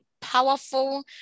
powerful